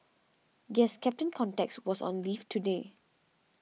guess Captain Context was on leave today